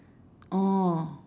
orh